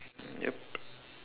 yup